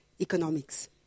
economics